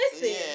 Listen